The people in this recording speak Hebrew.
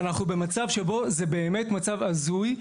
ואנחנו במצב שבו זה באמת מצב הזוי,